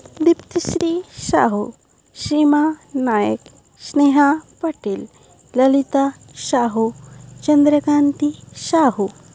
Diptishree Sahu Seema Nayak Sneha Patel Lalita Sahu Chandrakanti Sahu